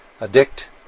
addict